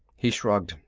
he shrugged.